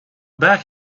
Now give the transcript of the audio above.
back